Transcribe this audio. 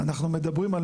אנחנו מדברים על